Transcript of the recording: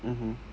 mmhmm